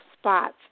spots